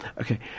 Okay